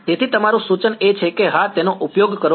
તેથી તમારું સૂચન એ છે કે હા તેનો ઉપયોગ કરો